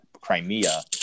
Crimea